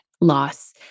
loss